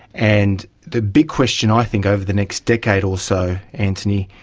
and the big question i think over the next decade or so, antony,